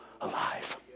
alive